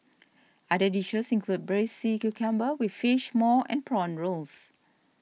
other dishes include Braised Sea Cucumber with Fish Maw and Prawn Rolls